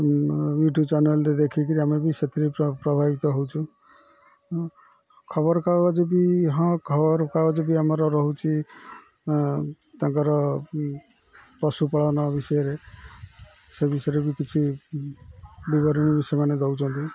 YouTube ଚ୍ୟାନେଲ୍ରେ ଦେଖିକରି ଆମେ ବି ସେଥିରେ ପ୍ରଭାବିତ ହେଉଛୁ ଖବରକାଗଜ ବି ହଁ ଖବରକାଗଜ ବି ଆମର ରହୁଛି ତାଙ୍କର ପଶୁପାଳନ ବିଷୟରେ ସେ ବିଷୟରେ ବି କିଛି ବିବରଣୀ ବି ସେମାନେ ଦେଉଛନ୍ତି